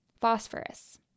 phosphorus